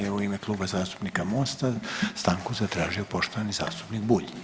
Sada je u ime Kluba zastupnika Mosta stanku zatražio poštovani zastupnik Bulj.